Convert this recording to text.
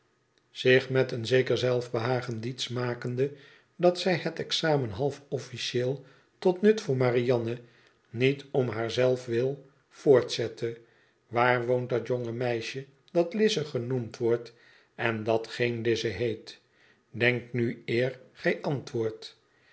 zich met een zeker zelfbehagen diets makende dat zij het examen half officieel tot nut voor marianne niet om haar zelf wil voortzette waar woont dat jonge meisje dat lize genoemd wordt en dat geen lize heet denk nu eer gij antwoordt